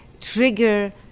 trigger